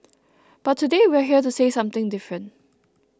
but today we're here to say something different